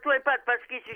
tuoj pat pasakysiu